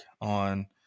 on